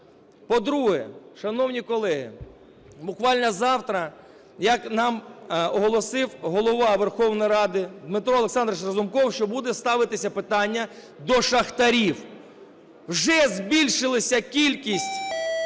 По-друге. Шановні колеги, буквально завтра, як нам оголосив Голова Верховної Ради Дмитро Олександрович Разумков, що буде ставитися питання до шахтарів. Вже збільшилася кількість